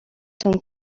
tom